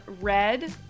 Red